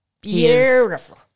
Beautiful